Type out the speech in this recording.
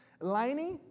Lainey